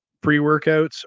pre-workouts